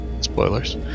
Spoilers